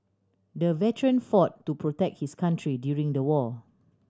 the veteran fought to protect his country during the war